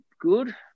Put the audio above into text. good